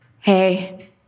Hey